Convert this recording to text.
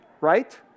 right